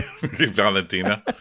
Valentina